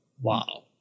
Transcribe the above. Wow